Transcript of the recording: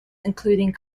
including